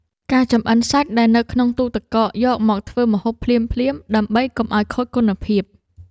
ការចម្អិនសាច់ដែលនៅក្នុងទូទឹកកកយកមកធ្វើម្ហូបភ្លាមៗ ដើម្បីកុំឱ្យខូចគុណភាព។